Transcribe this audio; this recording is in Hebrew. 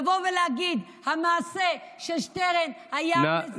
לבוא ולהגיד: המעשה של שטרן היה מזעזע.